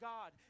God